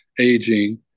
aging